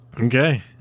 Okay